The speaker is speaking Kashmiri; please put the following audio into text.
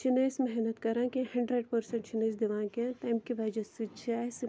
چھِنہٕ أسۍ محنت کَران کیٚنٛہہ ہَنٛڈرنٛڈ پٔرسَنٛٹ چھِنہٕ أسۍ دِوان کیٚنٛہہ تَمہِ کہِ وجہ سۭتۍ چھِ اَسہِ